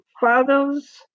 father's